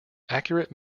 accurate